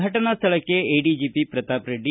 ಫಟನಾ ಸ್ಥಳಕ್ಷೆ ಎಡಿಜಿಪಿ ಪ್ರತಾಪ್ ರೆಡ್ಡಿ